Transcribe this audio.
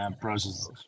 process